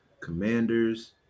commanders